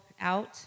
out